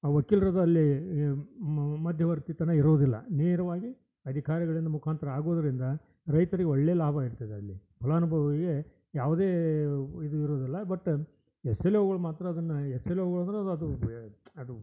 ಆ ವಕೀಲ್ರದ್ದು ಅಲ್ಲೀ ಈ ಮಧ್ಯವರ್ತಿತನ ಇರೋದಿಲ್ಲ ನೇರವಾಗಿ ಅಧಿಕಾರಿಗಳಿಂದ್ ಮುಖಾಂತ್ರ ಆಗೋದರಿಂದ ರೈತ್ರಿಗೆ ಒಳ್ಳೆಯ ಲಾಭ ಇರ್ತದೆ ಅಲ್ಲಿ ಫಲಾನುಭವಿಗೆ ಯಾವುದೇ ಇದು ಇರೋದಿಲ್ಲ ಬಟ್ ಎಸ್ ಎಲ್ ಓಗಳು ಮಾತ್ರ ಅದನ್ನು ಎಸ್ ಎಲ್ ಓಗಳು ಅಂದರೆ ಅದು ಬೇ ಅದು